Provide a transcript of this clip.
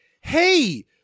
hey